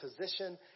position